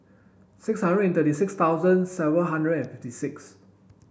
six hundred and thirty six thousand seven hundred and fifty six